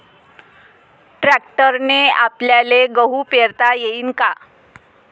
ट्रॅक्टरने आपल्याले गहू पेरता येईन का?